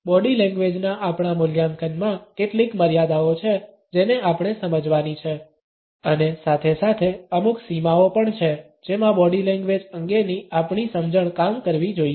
body લેંગ્વેજના આપણા મૂલ્યાંકનમાં કેટલીક મર્યાદાઓ છે જેને આપણે સમજવાની છે અને સાથે સાથે અમુક સીમાઓ પણ છે જેમાં બોડી લેંગ્વેજ અંગેની આપણી સમજણ કામ કરવી જોઈએ